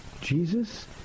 Jesus